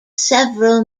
several